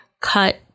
cut